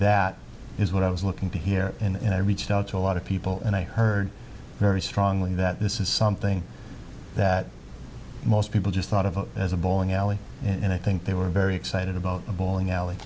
that is what i was looking to hear in i reached out to a lot of people and i heard very strongly that this is something that most people just thought of as a bowling alley and i think they were very excited about the bowling alley